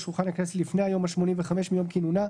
שולחן הכנסת לפני היום ה-85 מיום כינונה,